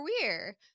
career